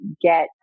get